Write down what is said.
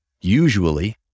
Usually